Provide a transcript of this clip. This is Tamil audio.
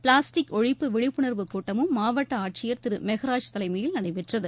பிளாஸ்டிக் ஒழிப்பு விழிப்புனர்வு கூட்டமும் மாவட்ட ஆட்சியர் திரு மெகராஜ் தலைமையில் நடைபெற்றது